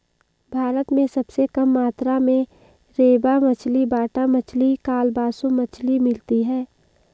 भारत में सबसे कम मात्रा में रेबा मछली, बाटा मछली, कालबासु मछली मिलती है